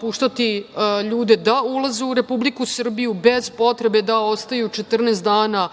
puštati ljude da ulaze u Republiku Srbiju bez potrebe da ostaju 14 dana